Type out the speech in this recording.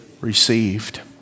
Received